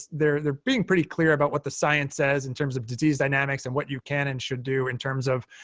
they're they're being pretty clear about what the science says in terms of disease dynamics and what you can and should do in terms of